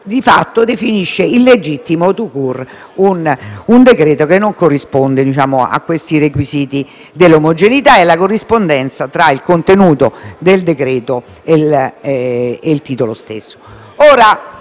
di fatto definisce illegittimo *tout court* un decreto-legge che non corrisponde ai requisiti della omogeneità e alla corrispondenza tra il contenuto del decreto-legge e il titolo stesso.